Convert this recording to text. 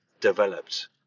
developed